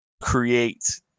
create